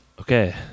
Okay